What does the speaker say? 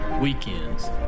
Weekends